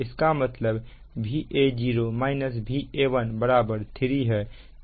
इसका मतलब Va0 Va1 3 है